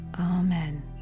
amen